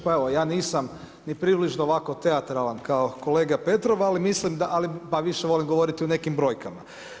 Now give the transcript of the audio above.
Pa evo, ja nisam niti približno ovako teatralan kao kolega Petrov, ali mislim više volim govoriti u nekim brojkama.